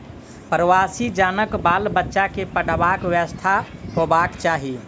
प्रवासी जनक बाल बच्चा के पढ़बाक व्यवस्था होयबाक चाही